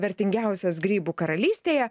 vertingiausias grybų karalystėje